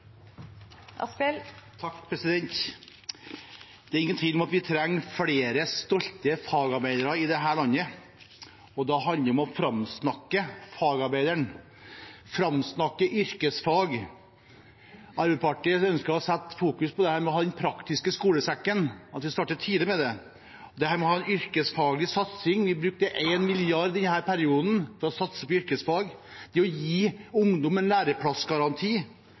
ingen tvil om at vi trenger flere stolte fagarbeidere i dette landet. Det handler om å framsnakke fagarbeideren og yrkesfagene. Arbeiderpartiet ønsker å fokusere på den praktiske skolesekken, og at vi starter tidlig med det. Når det gjelder yrkesfaglig satsing, har vi brukt 1 mrd. kr denne perioden til å satse på yrkesfag. Vi vil gi ungdom en læreplassgaranti,